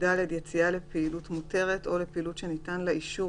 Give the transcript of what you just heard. (יד)יציאה לפעילות מותרת או לפעילות שניתן לה אישור,